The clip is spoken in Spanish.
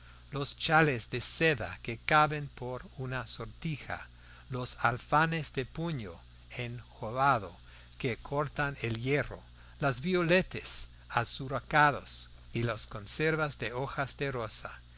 los chales de seda que caben por una sortija los alfanjes de puño enjoyado que cortan el hierro las violetas azucaradas y las conservas de hojas de rosa